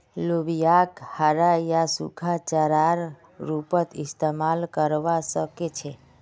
लोबियाक हरा या सूखा चारार रूपत इस्तमाल करवा सके छे